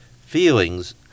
feelings